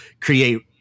create